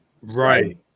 Right